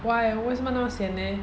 why 为什么那么 sian eh